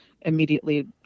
immediately